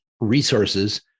resources